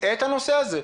את הנושא הזה.